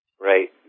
Right